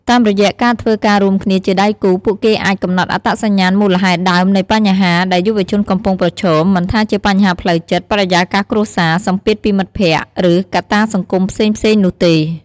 តាមរយៈការធ្វើការរួមគ្នាជាដៃគូ ពួកគេអាច កំណត់អត្តសញ្ញាណមូលហេតុដើមនៃបញ្ហា ដែលយុវជនកំពុងប្រឈម មិនថាជាបញ្ហាផ្លូវចិត្ត បរិយាកាសគ្រួសារ សម្ពាធពីមិត្តភក្តិ ឬកត្តាសង្គមផ្សេងៗនោះទេ។